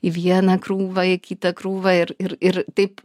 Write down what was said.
į vieną krūvą į kitą krūvą ir ir ir taip